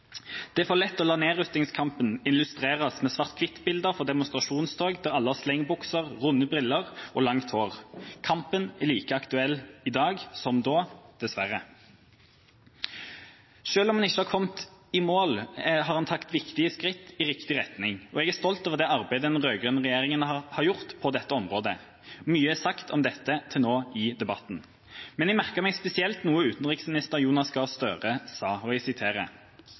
Det er for lett å la nedrustningskampen illustreres med svart-hvitt-bilder fra demonstrasjonstog der alle har slengbukser, runde briller og langt hår. Kampen er like aktuell i dag som da – dessverre. Selv om en ikke har kommet i mål, har en tatt viktige skritt i riktig retning, og jeg er stolt over det arbeidet den rød-grønne regjeringa har gjort på dette området. Mye er sagt om dette til nå i debatten, men jeg har merket meg spesielt noe tidligere utenriksminister Jonas Gahr Støre